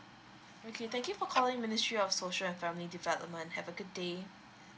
okay thank you for calling ministry of social and family development have a good day